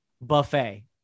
buffet